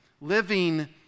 living